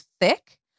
thick